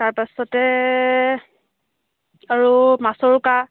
তাৰ পাছতে আৰু মাছৰোকা